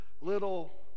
little